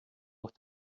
auch